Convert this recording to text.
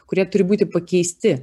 kurie turi būti pakeisti